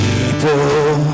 People